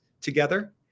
together